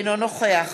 אינו נוכח